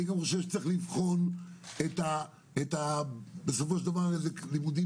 אני גם חושב שצריך לבחון בסופו של דבר את הלימודים